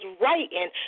writing